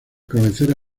cabecera